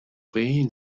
pain